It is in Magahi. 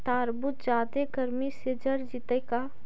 तारबुज जादे गर्मी से जर जितै का?